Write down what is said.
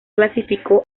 clasificó